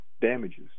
damages